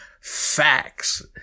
Facts